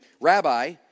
Rabbi